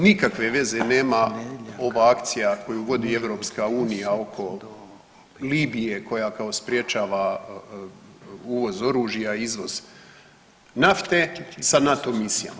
Nikakve veze nema ova akcija koju vodi EU oko Libije koja kao sprječava uvoz oružja i izvoz nafte sa NATO misijama.